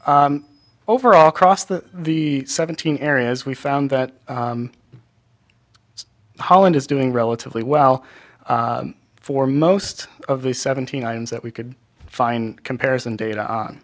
t overall cross that the seventeen areas we found that holland is doing relatively well for most of the seventeen items that we could fine comparison data